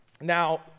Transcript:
Now